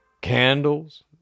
candles